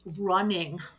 running